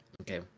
Okay